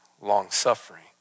long-suffering